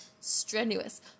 strenuous